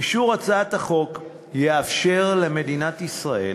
אישור הצעת החוק יאפשר למדינת ישראל,